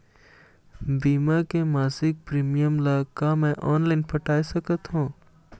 बीमा के मासिक प्रीमियम ला का मैं ऑनलाइन पटाए सकत हो?